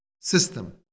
system